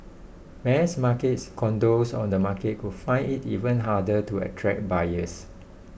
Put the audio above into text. mass markets condos on the market could find it even harder to attract buyers